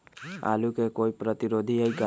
आलू के कोई प्रतिरोधी है का?